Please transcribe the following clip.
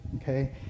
Okay